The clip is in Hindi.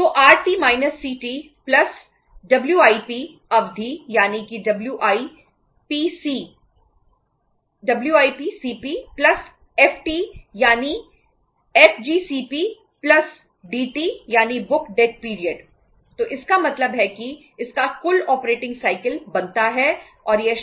तो इसका मतलब है कि इसका कुल ऑपरेटिंग साइकिल के